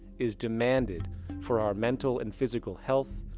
is demanded for our mental and physical health,